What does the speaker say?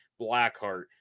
blackheart